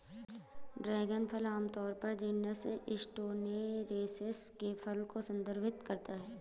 dragon फल आमतौर पर जीनस स्टेनोसेरेस के फल को संदर्भित करता है